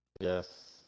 Yes